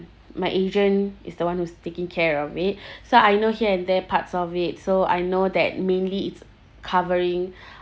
my agent is the [one] who's taking care of it so I know here and there parts of it so I know that mainly it's covering